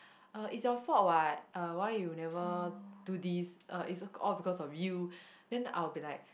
uh it's your fault what uh why you never do this uh it's all because of you then I'll be like